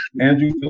Andrew